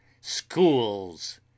schools